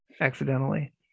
accidentally